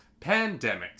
Pandemics